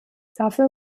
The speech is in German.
dafür